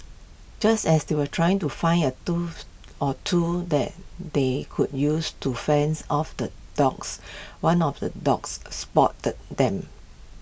just as they were trying to find A tools or two that they could use to fends off the dogs one of the dogs A spotted them